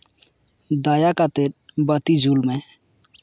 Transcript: ᱫᱟᱭᱟ ᱠᱟᱛᱮᱫ ᱵᱟᱹᱛᱤ ᱡᱩᱞ ᱢᱮ